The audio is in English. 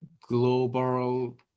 global